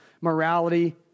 morality